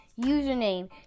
Username